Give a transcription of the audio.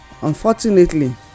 Unfortunately